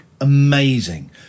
Amazing